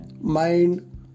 mind